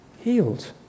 healed